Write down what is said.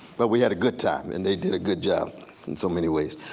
but we had a good time and they did a good job in so many ways.